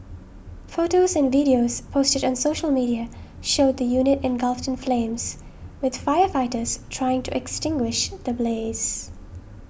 photos and videos posted on social media showed the unit engulfed in flames with firefighters trying to extinguish the blaze